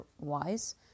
wise